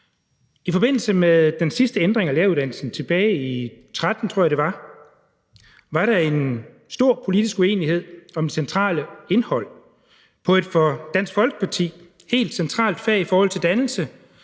I forbindelse med den sidste ændring af læreruddannelsen tilbage i 2013, tror jeg det var, var der en stor politisk uenighed om det centrale indhold i et for Dansk Folkeparti helt centralt fag i forhold til dannelse,